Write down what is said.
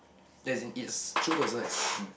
as in it's true to a certain extent